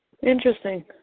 Interesting